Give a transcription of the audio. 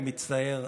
אני מצטער,